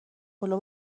پلو